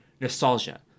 nostalgia